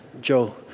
Joe